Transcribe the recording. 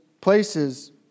places